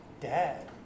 dad